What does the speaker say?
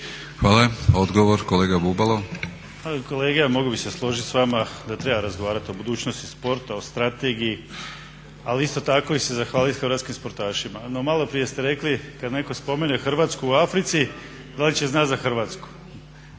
**Bubalo, Krešimir (HDSSB)** Kolega mogao bih se složiti s vama da treba razgovarati o budućnosti sporta, o strategiji, ali isto tako se zahvaliti hrvatskim sportašima. No malo prije ste rekli kada netko spomene Hrvatsku u Africi da li će znati za Hrvatsku.